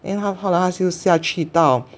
then 他后来他就下去到